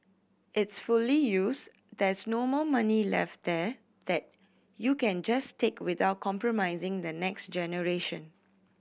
it's fully used there's no more money left there that you can just take without compromising the next generation